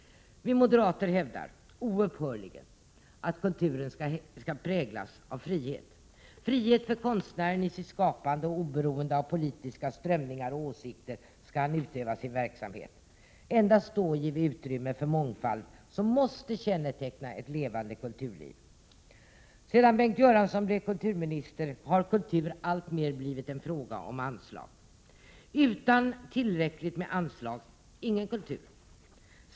Vi moderater hävdar — oupphörligen — att kulturen skall präglas av frihet, frihet för konstnären i sitt skapande. Oberoende av politiska strömningar och åsikter skall han utöva sin verksamhet. Endast då ger vi utrymme för den mångfald som måste känneteckna ett levande kulturliv. Sedan Bengt Göransson blev kulturminister har kulturen alltmer blivit en fråga om anslag. Utan tillräckligt med anslag ingen kultur.